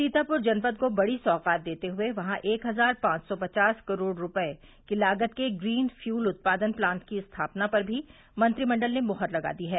सीतापुर जनपद को बड़ी सौगात देते हुए वहां एक हजार पांच सौ पचास करोड़ रूपये की लागत के ग्रीन फ्यूल उत्पादन प्लांट की स्थापना पर भी मंत्रिमंडल ने मुहर लगा दी है